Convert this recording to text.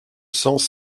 cents